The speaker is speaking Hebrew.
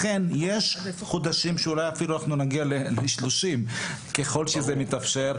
לכן יש חודשים שאולי אפילו אנחנו נגיע ל-30 ככל שזה מתאפשר,